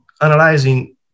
analyzing